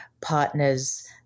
partners